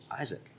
Isaac